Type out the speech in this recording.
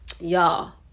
y'all